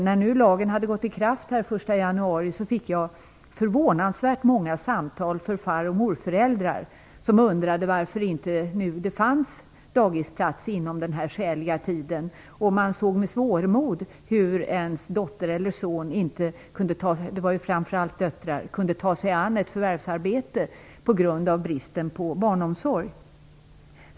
När lagen hade trätt i kraft den 1 januari fick jag förvånansvärt många samtal från far och morföräldrar som undrade varför det nu inte fanns dagisplats inom den skäliga tiden. Man såg med svårmod på att en dotter eller son - det gällde framför allt döttrar - på grund av bristen på barnomsorg inte kunde ta ett förvärvsarbete.